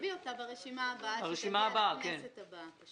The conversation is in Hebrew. תביא אותה ברשימה הבאה שתגיע לכנסת הבאה.